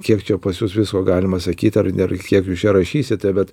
kiek čia pas jus visko galima sakyt ar dar kiek jūs čia rašysite bet